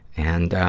and